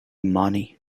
money